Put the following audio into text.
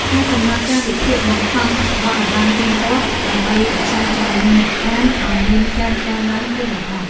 ការកំណត់កាលវិភាគបង្ហោះអត្ថបទឱ្យបានទៀងទាត់ ដើម្បីរក្សាចំនួនអ្នកអានឱ្យមានការកើនឡើងជាលំដាប់។